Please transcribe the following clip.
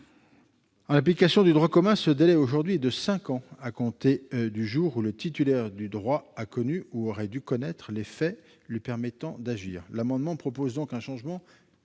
En application du droit commun, ce délai est aujourd'hui de cinq ans à compter du jour où le titulaire du droit a connu, ou aurait dû connaître, les faits lui permettant d'agir. Les auteurs de l'amendement proposent donc un changement